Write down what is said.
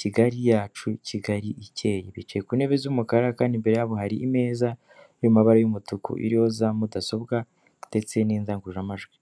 Kigali yacu, Kigali ikeye bicaye ku ntebe z'umukara kandi imbere yabo hari ameza y'amabara y'umutuku iriho za mudasobwa ndetse n'indangururamajwi.